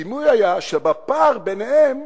הדימוי היה שבפער ביניהם